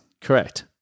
Correct